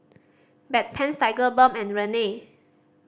Bedpans Tigerbalm and Rene